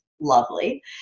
lovely